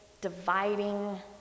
dividing